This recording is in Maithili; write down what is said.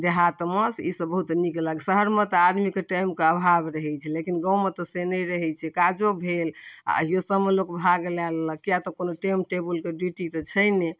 देहातमे से ई सभ बहुत नीक लग शहरमे तऽ आदमी कऽ टाइमके अभाओ रहैत छै लेकिन गाँवमे तऽ से नहि रहैत छै काजो भेल आ एहिओ सभमे लोक भाग लै लेलक किए तऽ कोनो टाइम टेबुलके ड्यूटी तऽ छै नहि